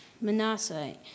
Manasseh